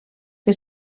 que